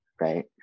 right